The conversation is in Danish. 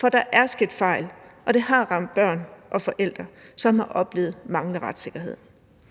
For der er sket fejl, og det har ramt børn og forældre, som har oplevet manglende retssikkerhed,